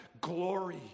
glory